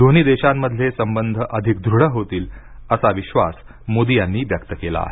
दोन्ही देशांमधले संबंध अधिक दृढ होतील असा विश्वास मोदी यांनी व्यक्त केला आहे